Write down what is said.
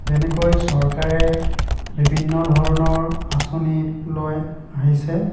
যেনেকৈ চৰকাৰে বিভিন্ন ধৰণৰ আঁচনি লৈ আহিছে